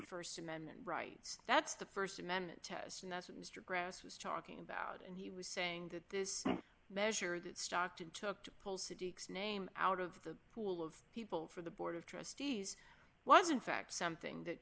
her st amendment right that's the st amendment test message mr greste was talking about and he was saying that this measure that stockton took to pull city name out of the pool of people for the board of trustees was in fact something that